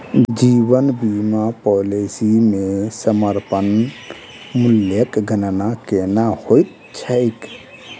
जीवन बीमा पॉलिसी मे समर्पण मूल्यक गणना केना होइत छैक?